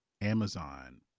Amazon